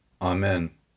Amen